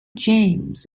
james